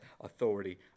authority